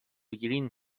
گرین